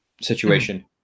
situation